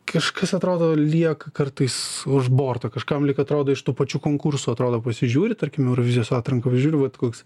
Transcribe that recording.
kažkas atrodo lieka kartais už borto kažkam lyg atrodo iš tų pačių konkursų atrodo pasižiūri tarkim eurovizijos atranką va žiūri koks